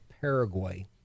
Paraguay